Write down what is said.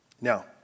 Now